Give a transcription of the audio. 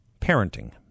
parenting